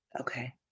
Okay